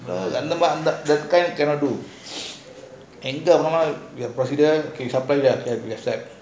that kind we cannot do எங்க போனாலும்:enga ponalum we procedure we can supply there